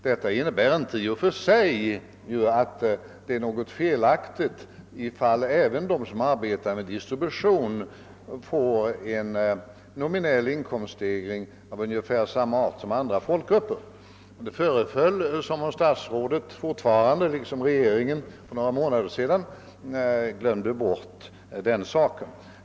Detta innebär ju inte i och för sig att det är något felaktigt ifall även de som arbetar med distribution får en nominell inkomststegring av ungefär samma art som andra folkgrupper. Det föreföll som om statsrådet fortfarande — liksom regeringen för några månader sedan — glömde bort den saken.